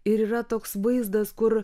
ir yra toks vaizdas kur